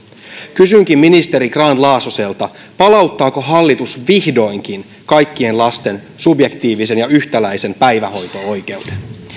kysynkin ministeri grahn laasoselta palauttaako hallitus vihdoinkin kaikkien lasten subjektiivisen ja yhtäläisen päivähoito oikeuden